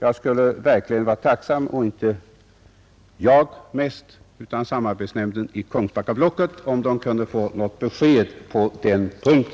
Jag — och naturligtvis i synnerhet samarbetsnämnden inom Kungsbackablocket — skulle verkligen vara tacksam om ett besked kunde lämnas på den punkten.